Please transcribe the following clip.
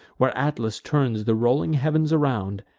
where atlas turns the rolling heav'ns around,